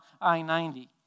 I-90